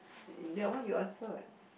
that one you answer what